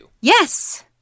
yes